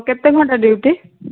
କେତେ ଘଣ୍ଟା ଡ୍ୟୁଟି